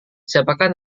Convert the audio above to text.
siapakah